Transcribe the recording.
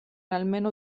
almeno